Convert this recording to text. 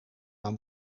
aan